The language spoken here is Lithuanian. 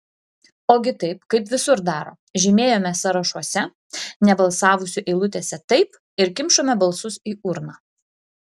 ogi taip kaip visur daro žymėjome sąrašuose nebalsavusių eilutėse taip ir kimšome balsus į urną